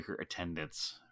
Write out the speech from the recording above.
attendance